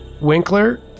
Winkler